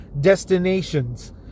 Destinations